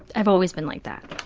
i've always been like that.